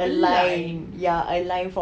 a line ya a line from